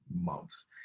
months